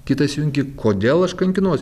kitą įsijungi kodėl aš kankinuos